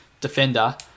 defender